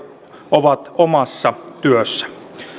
ovat omassa työssä